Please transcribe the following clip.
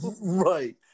right